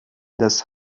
das